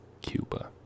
Cuba